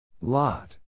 Lot